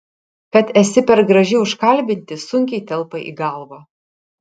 kad esi per graži užkalbinti sunkiai telpa į galvą